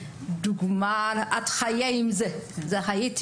דוגמה מהחיים, את חיה עם זה.